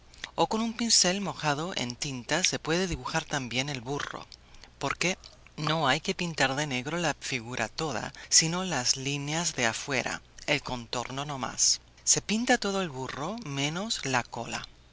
o con un pincel mojado en tinta se puede dibujar también el burro porque no hay que pintar de negro la figura toda sino las líneas de afuera el contorno no más se pinta todo el burro menos la cola